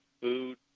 food